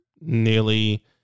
nearly